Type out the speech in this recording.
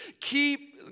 keep